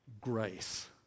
Grace